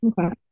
okay